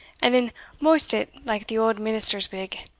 and then moust it like the auld minister's wig?